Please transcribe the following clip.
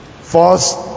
first